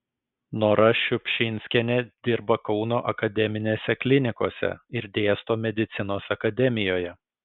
nora šiupšinskienė dirba kauno akademinėse klinikose ir dėsto medicinos akademijoje